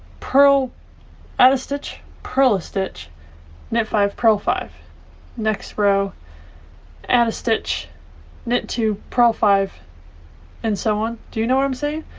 purl a stitch purl a stitch knit five purl five next row add a stitch knit two purl five and so on. do you know what i'm saying?